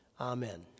Amen